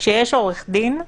כשיש עורך דין,